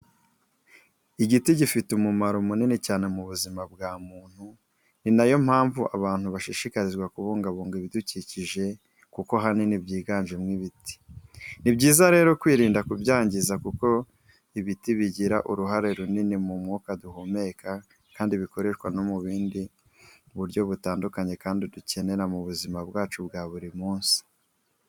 Igiti gifite umumaro munini cyane ku buzima bwa muntu ni nayo mpamvu abantu bashishikarizwa kubungabunga ibidukikije kuko ahanini byiganjemo ibiti. Ni byiza rero kwirinda kubyangiza kuko ibiti bigira uruhare runini mu mwuka duhumeka kandi bikoreshwa no mu bundi buryo butandukanye kandi dukenerw mu buzima bwacu bwa buri munsi.